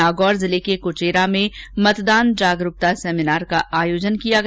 नागौर जिले के क्वेरा में मतदान जागरूकता सेमिनार का आयोजन किया गया